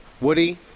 Woody